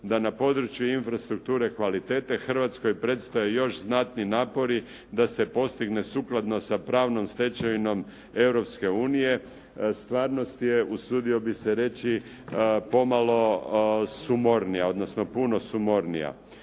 da na području infrastrukture kvalitete Hrvatskoj predstoji još znatni napori da se postigne sukladnost sa pravnom stečevinom Europske unije, stvarnost je usudio bih se reći pomalo sumornija, odnosno puno sumornija.